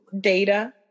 Data